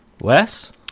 Wes